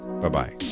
Bye-bye